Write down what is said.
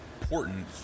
important